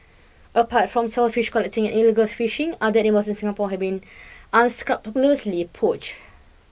apart from shellfish collecting and illegal fishing other animals in Singapore have been unscrupulously poached